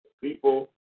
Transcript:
people